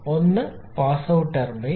ഒന്ന് ഉണ്ടായിരുന്നു pass out turbine